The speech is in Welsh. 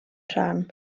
rhan